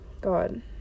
god